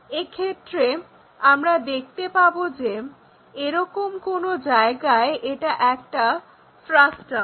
এক্ষেত্রে আমরা দেখতে পাবো যে এরকম কোনো জায়গায় এটা একটা ফ্রাস্টাম